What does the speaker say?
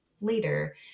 later